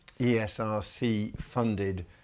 ESRC-funded